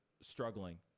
struggling